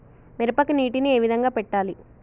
మిరపకి నీటిని ఏ విధంగా పెట్టాలి?